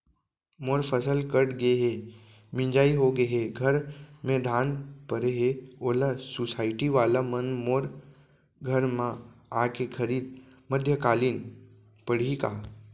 मोर फसल कट गे हे, मिंजाई हो गे हे, घर में धान परे हे, ओला सुसायटी वाला मन मोर घर म आके खरीद मध्यकालीन पड़ही का?